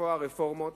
לקבוע רפורמות,